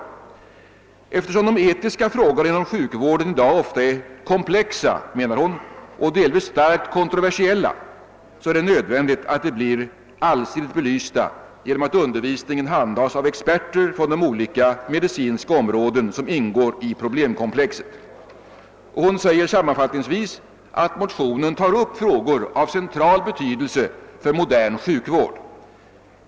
Eftersom de etiska frågorna inom sjukvården i dag ofta är komplexa, menar hon, och delvis starkt kontroversiella, är det nödvändigt att de blir allsidigt belysta genom att undervisningen handhas av experter på de olika medicinska områden som ingår i problemkomplexet. Hon säger sammanfattningsvis att motionen tar upp frågor av central betydelse för modern sjukvård.